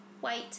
White